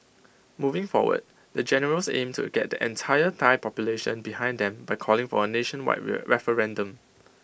moving forward the generals aim to get the entire Thai population behind them by calling for A nationwide referendum